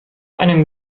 einem